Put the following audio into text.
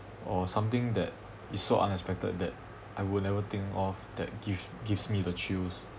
or something that is so unexpected that I will never think of that give gives me the chills